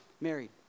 married